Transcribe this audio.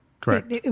correct